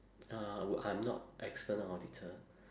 uh would I'm not external auditor